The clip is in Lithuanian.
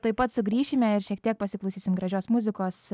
taip pat sugrįšime ir šiek tiek pasiklausysim gražios muzikos